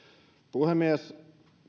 puhemies